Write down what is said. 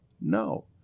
no